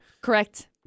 Correct